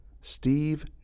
Steve